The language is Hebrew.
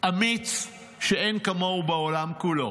אמיץ, שאין כמוהו בעולם כולו